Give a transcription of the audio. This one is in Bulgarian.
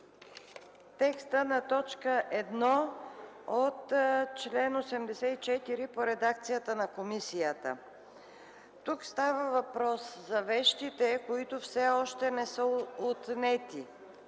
текстът на т. 1 от чл. 84 по редакцията на комисията. Тук става въпрос за вещите, които все още не са отнети